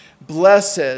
Blessed